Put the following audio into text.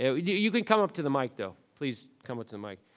ah yeah you can come up to the mic though. please come up to the mic.